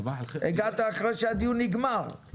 הגעת אחרי שהדיון נגמר,